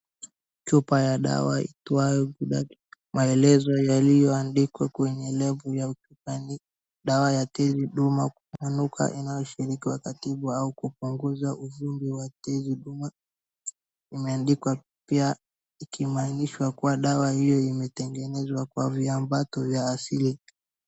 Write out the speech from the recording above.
Chupa ya dawa iitwayo Ghudatun . Maelezo yaliyoandikwa kwenye lebo ya chupa ni dawa ya tezi dume kutanuka inayoshaidika kutibu au kupunguza uvimbe wa tezi dume. Imeandikwa pia, ikimaanisha kuwa dawa hiyo imetengenezwa kwa viambato vya asili.